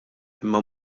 imma